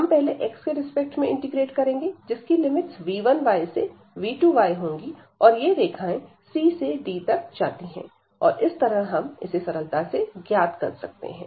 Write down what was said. हम पहले x के रिस्पेक्ट में इंटीग्रेट करेंगे जिसकी लिमिट्स v1y से v2y होंगी और ये रेखाएं c से d तक जाती है और इस तरह हम इसे सरलता से ज्ञात कर सकते हैं